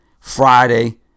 Friday